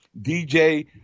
DJ